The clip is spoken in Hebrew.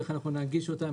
איך אנחנו ננגיש אותן,